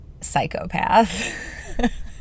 psychopath